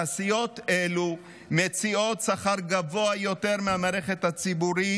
תעשיות אלה מציעות שכר גבוה יותר מהמערכת הציבורית,